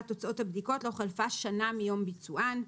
תוצאות הבדיקות לא חלפה שנה מיום ביצוען: